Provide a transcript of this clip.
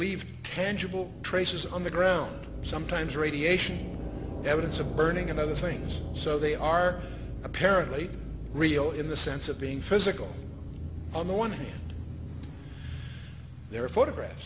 leave tangible traces on the ground sometimes radiation evidence of burning and other things so they are apparently real in the sense of being physical on the one hand there are photograph